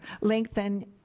lengthen